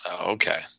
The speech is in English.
Okay